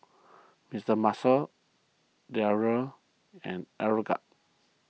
Mister Muscle Dreyers and Aeroguard